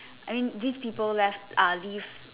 I mean these people left uh this